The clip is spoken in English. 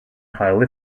highly